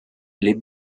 les